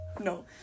no